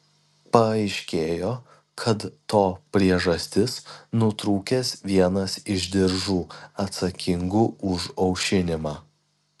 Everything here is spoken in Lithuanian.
paaiškėjo kad to priežastis nutrūkęs vienas iš diržų atsakingų už aušinimą